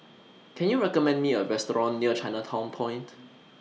Can YOU recommend Me A Restaurant near Chinatown Point